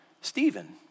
Stephen